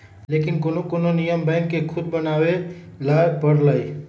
लेकिन कोनो कोनो नियम बैंक के खुदे बनावे ला परलई